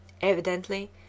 Evidently